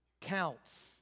counts